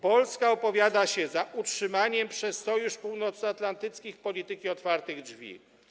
Polska opowiada się za utrzymaniem przez Sojusz Północnoatlantycki polityki otwartych drzwi.